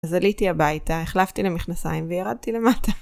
אז עליתי הביתה, החלפתי למכנסיים וירדתי למטה.